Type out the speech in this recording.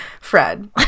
Fred